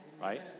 right